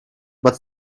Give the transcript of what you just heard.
but